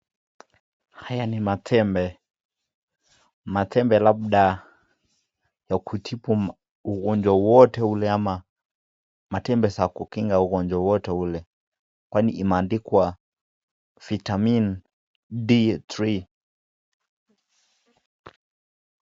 Haya ni matembe. Matembe labda ya kutibu ugonjwa wowote ule ama matembe za kukinga ugonjwa wowote ule kwani imeandikwa Vitamin D3 .